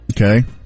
okay